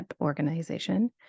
organization